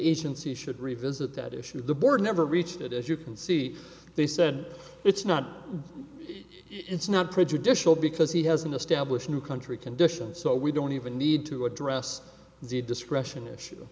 agency should revisit that issue the board never reached it as you can see they said it's not it's not prejudicial because he hasn't established new country conditions so we don't even need to address the discretion issue